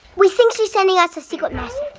we think she's sending us a secret message.